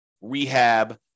rehab